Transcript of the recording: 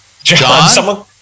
John